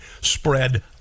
spread